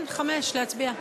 כן, 5, להצביע.